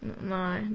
no